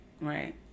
Right